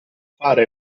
fare